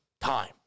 time